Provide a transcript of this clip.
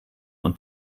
und